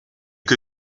que